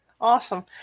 Awesome